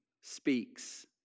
speaks